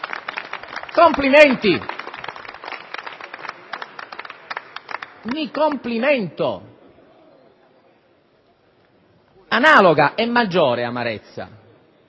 Complimenti. Mi complimento. Analoga e maggiore amarezza